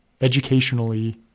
educationally